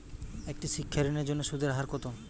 একটি শিক্ষা ঋণের জন্য সুদের হার কত?